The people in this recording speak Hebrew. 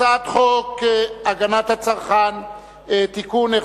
הצעת חוק הגנת הצרכן (תיקון,